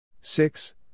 Six